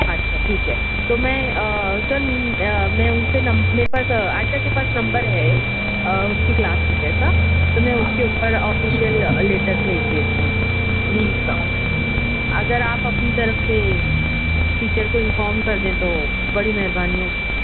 اچھا ٹھیک ہے تو میں سر میں اُن سے میرے پاس عائشہ کے پاس نمبر ہے اُس کی کلاس ٹیچر کا تو میں اُس کے اوپر آفیسیئل لیٹر بھیج دیتی ہوں لیو کا اگر آپ اپنی طرف سے ٹیچر کو انفام کر دیں تو بڑی مہربانی ہوگی